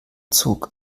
zog